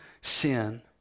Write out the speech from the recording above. sin